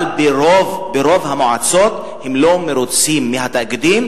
אבל ברוב המועצות לא מרוצים מהתאגידים,